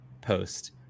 post